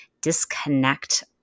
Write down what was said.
disconnect